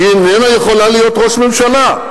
היא איננה יכולה להיות ראש ממשלה.